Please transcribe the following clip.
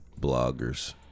bloggers